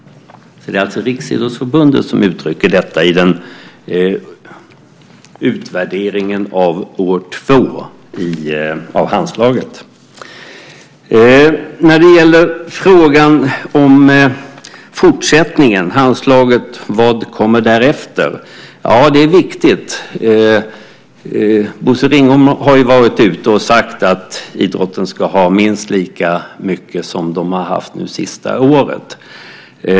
Det är alltså Riksidrottsförbundet som uttrycker detta i utvärderingen av år två av Handslaget. Frågan om fortsättningen och vad som kommer efter Handslaget är viktig. Bosse Ringholm har varit ute och sagt att idrotten ska ha minst lika mycket som den har haft det senaste året.